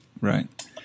right